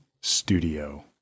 Studio